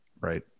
right